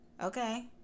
Okay